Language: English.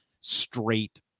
straight